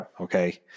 Okay